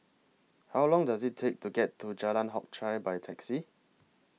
How Long Does IT Take to get to Jalan Hock Chye By Taxi